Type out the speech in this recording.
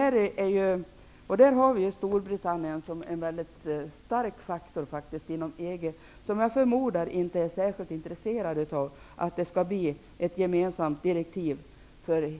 Jag förmodar att Storbritannien, som är en mycket stark faktor inom EG, inte är särskilt intresserat av att det skall bli ett för hela EG gemensamt direktiv för